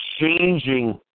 changing